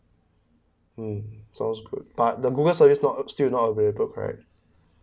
um sounds cool but the google service is not still is not available correct